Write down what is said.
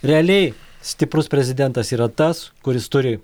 realiai stiprus prezidentas yra tas kuris turi